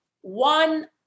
one